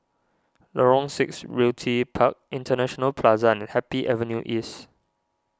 Lorong six Realty Park International Plaza and Happy Avenue East